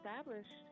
established